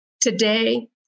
Today